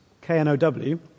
K-N-O-W